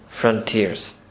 frontiers